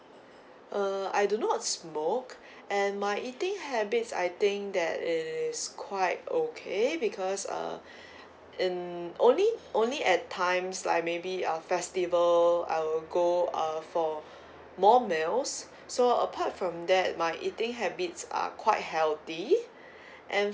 uh I do not smoke and my eating habits I think that is quite okay because uh in only only at times like maybe uh festival I will go uh for more meals so apart from that my eating habits are quite healthy and